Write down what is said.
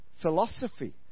Philosophy